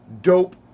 dope